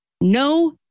no